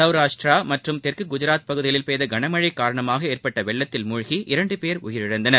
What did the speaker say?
சௌராஷ்டிரா மற்றும் தெற்கு குஜராத் பகுதிகளில் பெய்த கனமழை காரணமாக ஏற்பட்ட வெள்ளத்தில் மூழ்கி இரண்டு பேர் உயிரிழந்தனர்